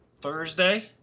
Thursday